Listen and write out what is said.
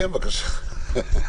ביקשתם,